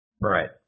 Right